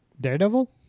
Daredevil